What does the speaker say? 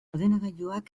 ordenagailuak